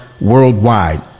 worldwide